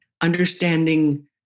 understanding